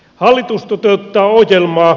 hallitus toteuttaa ohjelmaa